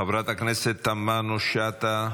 חברת הכנסת תמנו שטה,